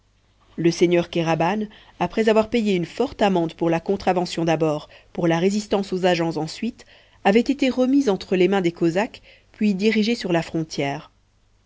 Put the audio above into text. le seigneur kéraban après avoir payé une forte amende pour la contravention d'abord pour la résistance aux agents ensuite avait été remis entre les mains des cosaques puis dirigé sur la frontière